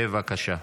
בבקשה.